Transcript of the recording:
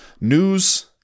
news